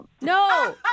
No